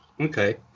Okay